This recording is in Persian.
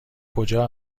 کجا